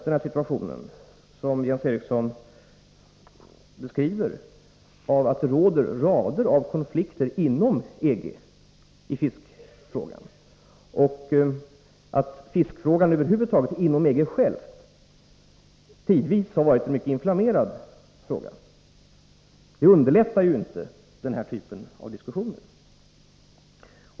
Den situation som Jens Eriksson beskriver blir inte lättare av att det råder rader av konflikter inom EG i fiskfrågan — den har ju även inom EG tidvis varit en mycket inflammerad fråga. Det underlättar inte den här typen av diskussioner.